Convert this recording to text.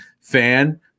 fan